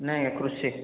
ନାହିଁ ଏକୋଇଶି